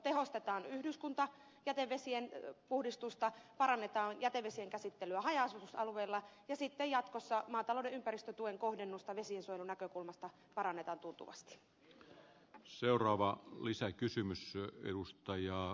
tehostetaan yhdyskuntajätevesien puhdistusta parannetaan jätevesien käsittelyä haja asutusalueilla ja sitten jatkossa maatalouden ympäristötuen kohdennusta vesiensuojelun näkökulmasta parannetaan tuntuvasti ja seuraava lisäkysymys jo edustaja